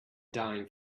dying